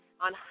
on